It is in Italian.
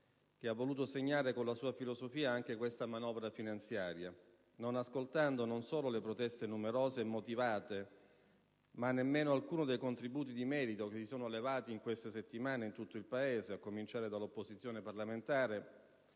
che ha voluto segnare con la sua filosofia anche questa manovra finanziaria, non ascoltando non solo le proteste, numerose e motivate, ma nemmeno alcuno dei contributi di merito che si sono levati in queste settimane in tutto il Paese, a cominciare dall'opposizione parlamentare,